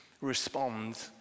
respond